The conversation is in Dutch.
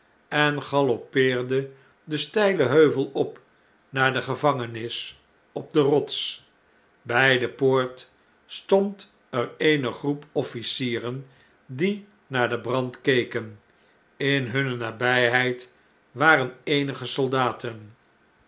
en galoppeerde den steilen heuvel op naar de gevangenis op de rots bjj de poort stond er eene groepofficieren die naar den brand keken inhunne nabijheid waren eenige soldaten